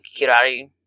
Kirari